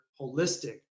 holistic